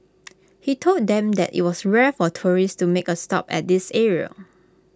he told them that IT was rare for tourists to make A stop at this area